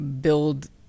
Build